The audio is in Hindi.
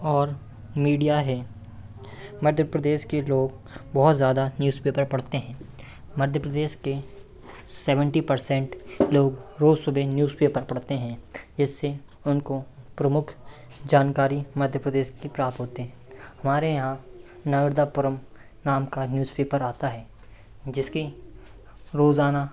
और मीडिया है मध्य प्रदेश के लोग बहुत ज़्यादा न्यूजपेपर पढ़ते हैं मध्य प्रदेश के सेवेंटी परसेंट लोग रोज सुबह न्यूजपेपर पढ़ते हैं इससे उनको प्रमुख जानकारी मध्य प्रदेश से प्राप्त होते हैं हमारे यहाँ नर्मदापुरम नाम का न्यूजपेपर आता है जिसकी रोजाना